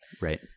Right